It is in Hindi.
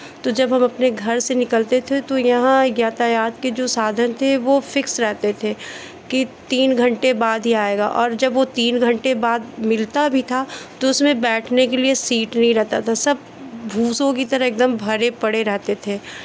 तो जब हम अपने घर से निकलते थे तो यहाँ यातायात के जो साधन थे वो फ़िक्स रहते थे कि तीन घंटे बाद ही आएगा और जब वो तीन घंटे बाद मिलता भी था तो उसमें बैठने के लिए सीट नहीं रहता था सब भूसों की तरह एकदम भरे पडे़ रहते थे